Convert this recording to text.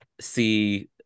see